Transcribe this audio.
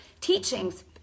teachings